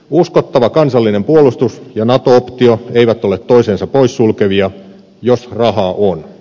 uskottava kansallinen puolustus ja nato optio eivät ole toisiansa poissulkevia jos rahaa on